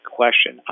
question